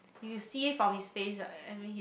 you will see from his face I mean he